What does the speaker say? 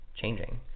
changing